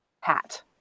hat